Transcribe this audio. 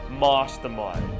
mastermind